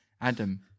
adam